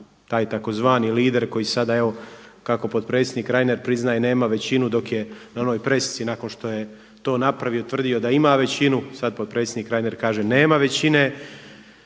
taj tzv. lider koji sada evo kako potpredsjednik Reiner priznaje nema većinu dok je na onoj pressici nakon što je to napravio tvrdio da ima većinu, sada potpredsjednik Reiner kaže nema većine.